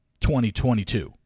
2022